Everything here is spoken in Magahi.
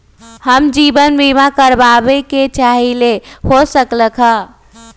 हम जीवन बीमा कारवाबे के चाहईले, हो सकलक ह?